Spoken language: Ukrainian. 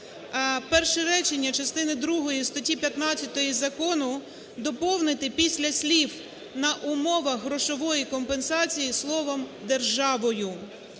Перше речення частини другої статті 15 закону доповнити після слів "на умовах грошової компенсації" словом "державою".